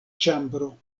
ĉambro